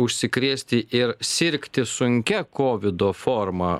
užsikrėsti ir sirgti sunkia kovido forma